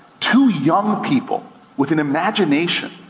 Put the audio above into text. two young people, with an imagination,